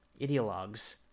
ideologues